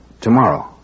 Tomorrow